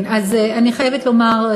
אני חייבת לומר,